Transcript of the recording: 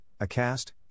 Acast